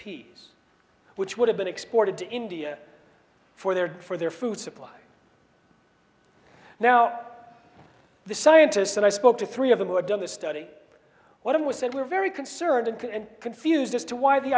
peas which would have been exported to india for their for their food supply now the scientists that i spoke to three of them who had done this study what it was said were very concerned and confused as to why the